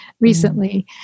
recently